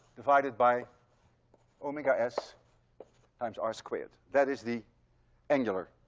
divided by omega s times r squared. that is the angular